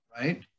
right